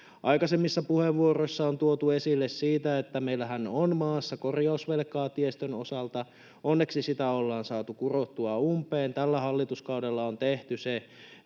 Aikaisemmissa puheenvuoroissa on tuotu esille sitä, että meillähän on maassa korjausvelkaa tiestön osalta. Onneksi sitä ollaan saatu kurottua umpeen: tällä hallituskaudella on tehty se